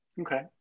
Okay